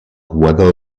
whether